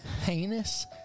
heinous